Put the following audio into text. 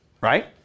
right